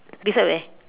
beside where